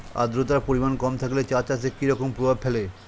আদ্রতার পরিমাণ কম থাকলে চা চাষে কি রকম প্রভাব ফেলে?